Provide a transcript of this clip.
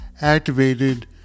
activated